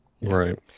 Right